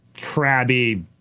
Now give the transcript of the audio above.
crabby